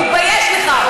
תתבייש לך.